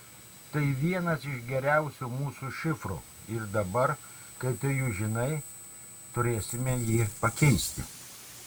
tai vienas iš geriausių mūsų šifrų ir dabar kai tu jį žinai turėsime jį pakeisti